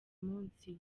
munsi